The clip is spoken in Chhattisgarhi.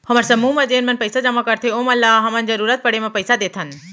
हमर समूह म जेन मन पइसा जमा करथे ओमन ल हमन जरूरत पड़े म पइसा देथन